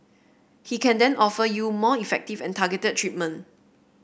he can then offer you more effective and targeted treatment